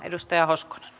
arvoisa rouva